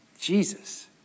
Jesus